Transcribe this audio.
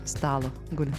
stalo guli